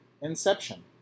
Inception